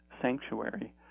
sanctuary